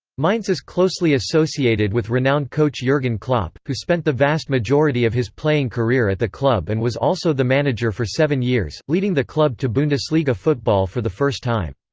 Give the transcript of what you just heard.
mainz is closely associated with renowned coach jurgen klopp, who spent the vast majority of his playing career at the club and was also the manager for seven years, leading the club to bundesliga football for the first time.